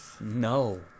no